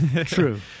True